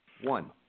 One